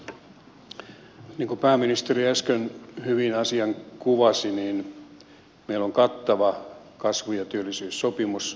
niin kuin pääministeri äsken hyvin asian kuvasi meillä on kattava kasvu ja työllisyyssopimus poikkeuksellisen kattava